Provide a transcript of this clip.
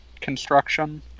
construction